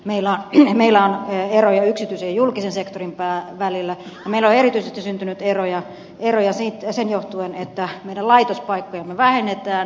meillä on eroja yksityisen ja julkisen sektorin välillä ja meillä on erityisesti syntynyt eroja siitä johtuen että meidän laitospaikkojamme vähennetään